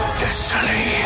destiny